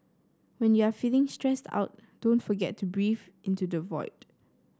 when you are feeling stressed out don't forget to breathe into the void